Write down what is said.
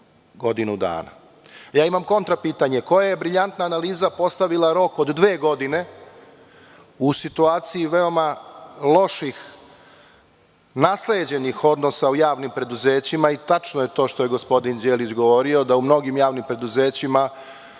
godinu dana. Imam kontra pitanje – koja je briljantna analiza postavila rok od dve godine u situaciji veoma loših nasleđenih odnosa u javnim preduzećima. Tačno je to što je gospodin Đelić govorio da u mnogim javnim preduzećima